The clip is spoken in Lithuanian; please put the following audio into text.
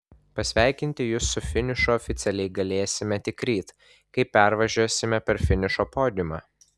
pasveikinti jus su finišu oficialiai galėsime tik ryt kai pervažiuosime per finišo podiumą